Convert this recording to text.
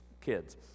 kids